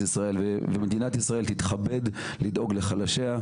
ישראל ומדינת ישראל תתכבד לדאוג לחלשיה,